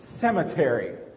Cemetery